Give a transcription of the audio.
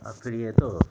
اب پھر یہ تو